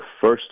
first